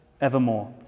evermore